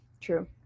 True